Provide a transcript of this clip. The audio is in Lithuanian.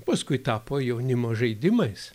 paskui tapo jaunimo žaidimais